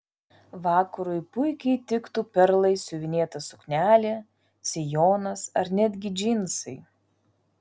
vakarui puikiai tiktų perlais siuvinėta suknelė sijonas ar netgi džinsai